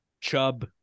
chub